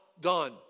done